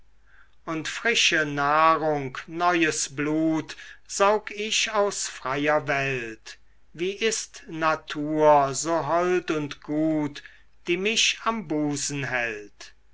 und frische nahrung neues blut saug ich aus freier welt wie ist natur so hold und gut die mich am busen hält